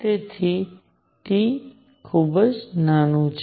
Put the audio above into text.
તેથી T નાનું છે